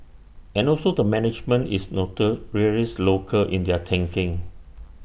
and also the management is local in their thinking